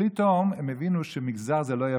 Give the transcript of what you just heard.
פתאום הם הבינו ש"מגזר" זה לא יפה,